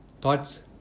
Thoughts